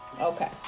okay